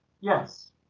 yes